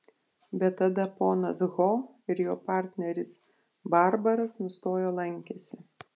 bet tada ponas ho ir jo partneris barbaras nustojo lankęsi